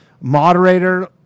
Moderator